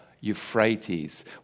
Euphrates